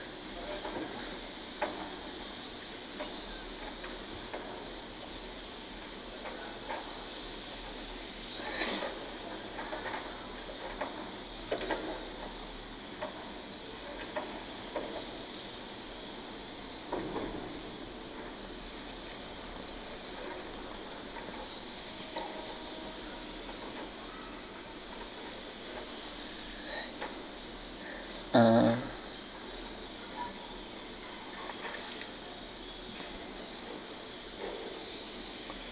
uh